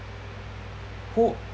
who